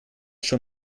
schon